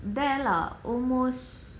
there lah almost